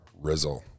Rizzle